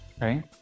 right